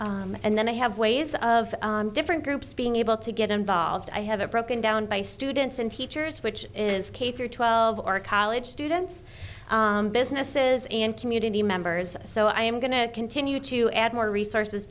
follow and then they have ways of different groups being able to get involved i have a broken down by students and teachers which is k through twelve or college students businesses and community members so i am going to continue to add more resources